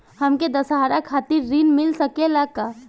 हमके दशहारा खातिर ऋण मिल सकेला का?